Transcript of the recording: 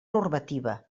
normativa